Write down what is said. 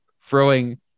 throwing